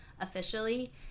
officially